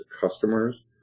customers